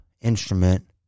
instrument